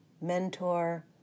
mentor